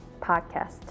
podcast